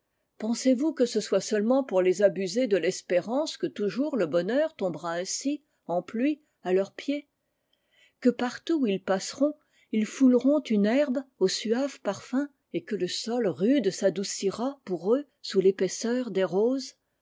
pensez-vous que ce soit seulement pour les abuser de l'espérance que toujours le bonheur tombera ainsi en pluie à leurs pieds que partout où ils passeront ils fouleront une herbe au suave parfum et que le sol rude s'adoucira pour eux sous l'épaisseur des roses